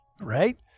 right